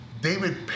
David